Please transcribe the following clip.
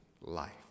life